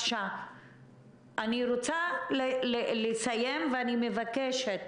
אני רוצה לסיים, ואני מבקשת